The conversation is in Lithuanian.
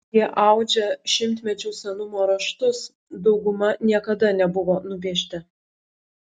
jie audžia šimtmečių senumo raštus dauguma niekada nebuvo nupiešti